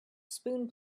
spoon